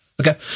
Okay